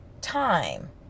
Time